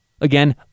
again